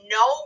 no